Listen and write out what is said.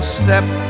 step